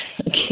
okay